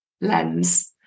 lens